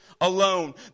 alone